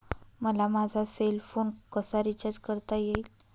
मला माझा cell phone कसा रिचार्ज करता येईल?